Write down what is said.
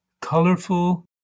colorful